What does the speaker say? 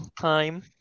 time